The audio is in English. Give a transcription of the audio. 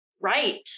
right